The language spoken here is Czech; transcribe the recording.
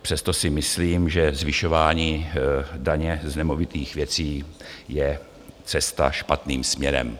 Přesto si myslím, že zvyšování daně z nemovitých věcí je cesta špatným směrem.